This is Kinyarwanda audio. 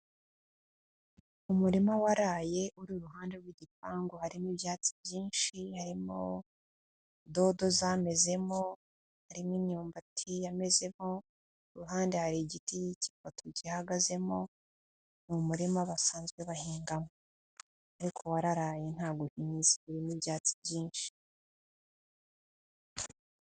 Umurima waraye, uri iruhande rw'igipangu, harimo ibyatsi byinshi, harimo dodo zamezemo, hari imyumbati yamezemo, iruhande hari igiti cy'ipoto gihagazemo, ni umurima basanzwe bahingamo. Ariko wararaye ntabwo uhinze urimo ibyatsi byinshi.